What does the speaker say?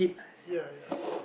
ya ya